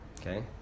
Okay